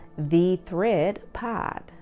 thethreadpod